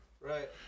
Right